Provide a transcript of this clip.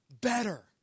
better